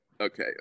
okay